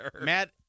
Matt